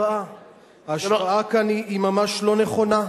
ההשוואה כאן ממש לא נכונה.